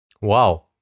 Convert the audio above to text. Wow